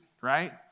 right